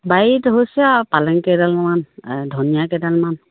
বাৰীটো হৈছে আৰু পালেং কেইডালমান ধনিয়া কেইডালমান